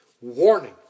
warning